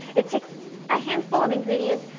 it takes a handful of ingredients,